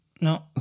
no